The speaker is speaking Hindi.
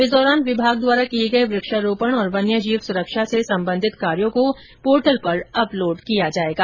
इस दौरान विभाग द्वारा किये गये वृक्षारोपण और वन्यजीव सुरक्षा से संबंधित कार्यो को पोर्टल पर अपलोड किया जायेगा